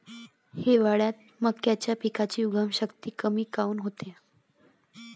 हिवाळ्यात मक्याच्या पिकाची उगवन शक्ती कमी काऊन होते?